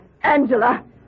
Angela